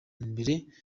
mbere